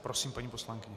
Prosím, paní poslankyně.